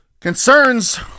concerns